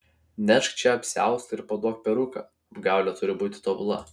nešk čia apsiaustą ir paduok peruką apgaulė turi būti tobula